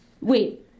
Wait